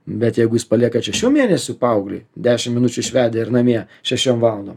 bet jeigu jūs paliekat šešių mėnesių paauglį dešimt minučių išvedę ir namie šešiom valandom